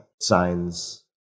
signs